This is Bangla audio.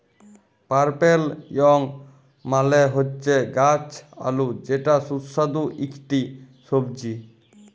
পার্পেল য়ং মালে হচ্যে গাছ আলু যেটা সুস্বাদু ইকটি সবজি